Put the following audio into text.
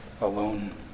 alone